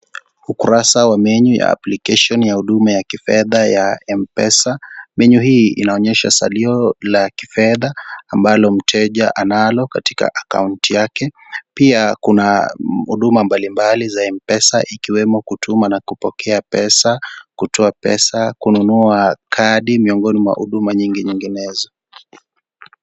Ukurasa wa menu ya application ya huduma ya kifedha ya mpesa. Menu hii inaonyesha salio la kifedha ambalo mteja analo katika akaunti yake pia kuna huduma mbali mbali za mpesa ikiwemo kutuma na kupokea pesa, kutoa pesa, kununua kadi. Miongoni mwa huduma nyingi nyinginezo.